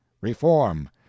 reform